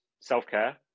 self-care